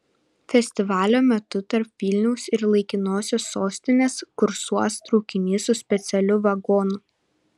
festivalio metu tarp vilniaus ir laikinosios sostinės kursuos traukinys su specialiu vagonu